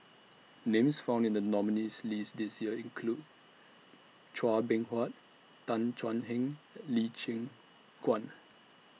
Names found in The nominees' list This Year include Chua Beng Huat Tan Thuan Heng and Lee Choon Guan